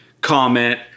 comment